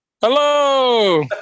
hello